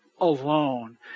alone